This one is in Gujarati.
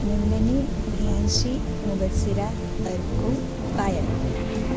નંદની પ્રિયાન્શી મુબસ્સીરા અર્કુ પાયલ